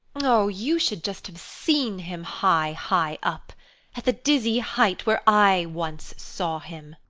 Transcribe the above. oh, you should just have seen him high, high up at the dizzy height where i once saw him.